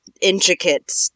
intricate